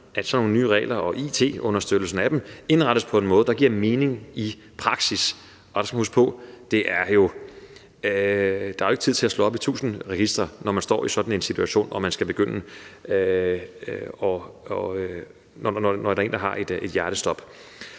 at sådan nogle nye regler og it-understøttelse af dem indrettes på en måde, der giver mening i praksis. Vi skal jo huske på, at der ikke er tid til at slå op i tusind registre, når man står i sådan en situation med en, der har et hjertestop.